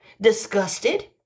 disgusted